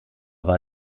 war